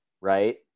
right